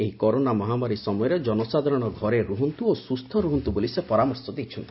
ଏହି କରୋନା ମହାମାରୀ ସମୟରେ ଜନସାଧାରଶ ଘରେ ରୁହନ୍ତୁ ଓ ସୁସ୍ଚ ରୁହନ୍ତୁ ବୋଲି ସେ ପରାମର୍ଶ ଦେଇଛନ୍ତି